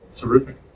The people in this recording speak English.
Terrific